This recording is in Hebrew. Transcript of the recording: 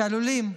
שעלולים,